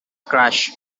crashed